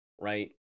Right